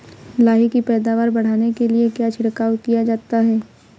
लाही की पैदावार बढ़ाने के लिए क्या छिड़काव किया जा सकता है?